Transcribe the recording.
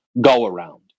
go-around